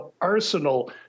arsenal